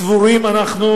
סבורים אנחנו,